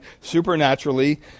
supernaturally